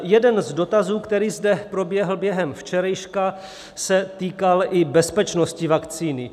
Jeden z dotazů, který zde proběhl během včerejška, se týkal i bezpečnosti vakcíny.